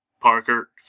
Parker